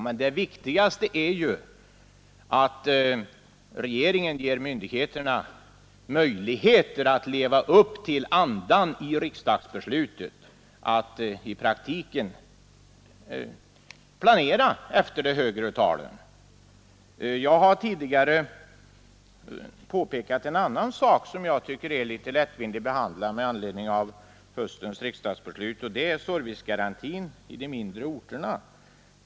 Men det viktigaste är ju att regeringen ger myndigheterna möjligheter att leva upp till andan i riksdagsbeslutet — att i praktiken planera efter de högre talen. Jag har tidigare påpekat en annan sak som jag tycker är litet lättvindigt behandlad med anledning av höstens riksdagsbeslut, nämligen servicegarantin för de mindre orterna.